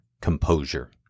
composure